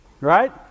Right